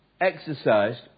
exercised